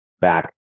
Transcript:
back